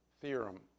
theorem